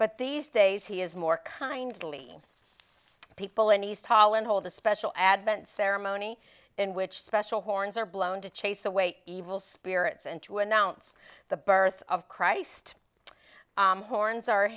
but these days he is more kindly people and he's tall and hold a special advent ceremony in which special horns are blown to chase the weight evil spirits and to announce the birth of christ horns our